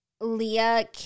Leah